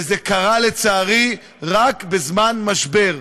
וזה קרה, לצערי, רק בזמן משבר.